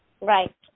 Right